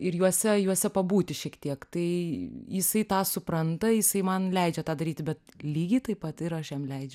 ir juose juose pabūti šiek tiek tai jisai tą supranta jisai man leidžia tą daryti bet lygiai taip pat ir aš jam leidžiu